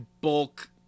bulk